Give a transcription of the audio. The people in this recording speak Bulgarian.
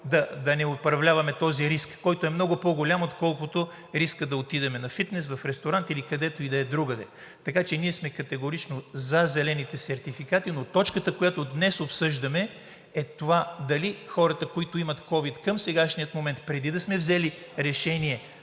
да не управляваме този риск, който е много по-голям, отколкото риска да отидем на фитнес, в ресторант или където и да е другаде. Така че ние сме категорично за зелените сертификати, но точката, която днес обсъждаме, е това дали хората, които имат ковид към сегашния момент, преди да сме взели решение